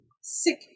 sick